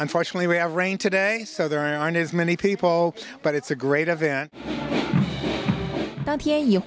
unfortunately we have rain today so there aren't as many people but it's a great event